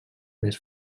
més